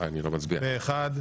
הצבעה